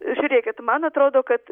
žiūrėkit man atrodo kad